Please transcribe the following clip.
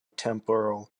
temporal